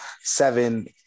seven